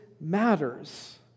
matters